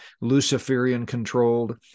Luciferian-controlled